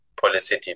policy